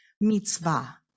mitzvah